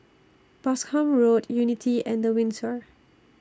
Boscombe Road Unity and The Windsor